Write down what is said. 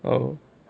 oh